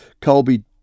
Colby